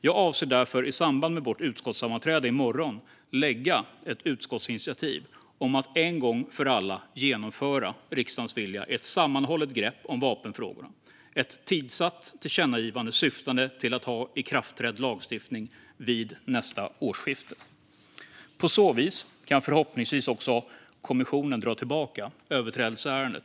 Jag avser därför att i samband med vårt utskottssammanträde i morgon föreslå ett utskottsinitiativ om att en gång för alla genomföra riksdagens vilja om att ta ett sammanhållet grepp om vapenfrågorna. Det ska vara ett tidsatt tillkännagivande med syfte att ha en ikraftträdd lagstiftning vid nästa årsskifte. På så vis kan kommissionen förhoppningsvis också dra tillbaka överträdelseärendet.